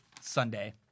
Sunday